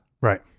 right